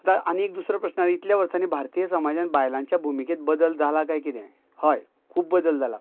आतां आनी एक दुसरो प्रश्ण आसा इतल्या वर्सांनी भारतीय समाजान बायलांच्या भुमिकेत बदल जाला काय कितें हय खूब बदल जाला